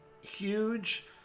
huge